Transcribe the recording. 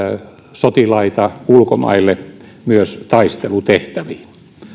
sotilaita ulkomaille myös taistelutehtäviin